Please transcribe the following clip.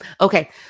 Okay